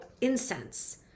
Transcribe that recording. incense